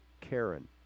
Karen